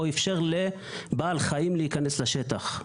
או אפשר לבעל חיים להיכנס לשטח.